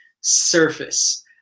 surface